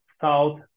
south